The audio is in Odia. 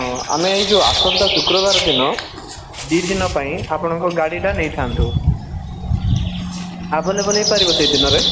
ହଁ ଆମେ ଏ ଯୋଉ ଆସନ୍ତା ଶୁକ୍ରବାର ଦିନ ଦୁଇ ଦିନ ପାଇଁ ଆପଣଙ୍କ ଗାଡ଼ିଟା ନେଇଥାନ୍ତୁ ଆଭେଲେବଲ୍ ହେଇପାରିବ ସେଇ ଦିନରେ